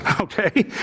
Okay